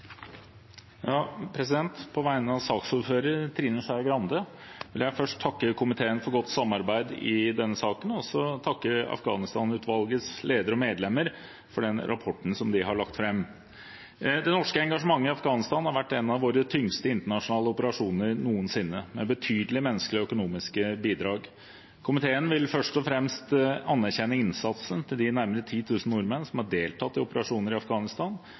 På vegne av saksordføreren, Trine Skei Grande, vil jeg først takke komiteen for godt samarbeid i denne saken og også takke Afghanistan-utvalgets leder og medlemmer for den rapporten som de har lagt fram. Det norske engasjementet i Afghanistan har vært en av våre tyngste internasjonale operasjoner noensinne, med betydelige menneskelige og økonomiske bidrag. Komiteen vil først og fremst anerkjenne innsatsen til de nærmere 10 000 nordmenn som har deltatt i operasjoner i Afghanistan,